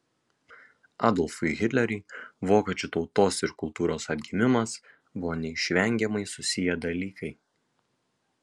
adolfui hitleriui vokiečių tautos ir kultūros atgimimas buvo neišvengiamai susiję dalykai